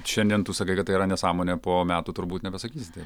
šiandien tu sakai kad tai yra nesąmonė po metų turbūt nebesakysi taip